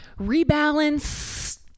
rebalance